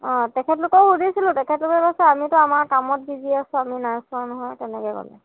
অঁ তেখেতলোকক সুধিছিলো তেখেতলোকে কৈছে আমিতো আমাৰ কামত বিজি আছো আমি নাই চোৱা নহয় তেনেকৈ ক'লে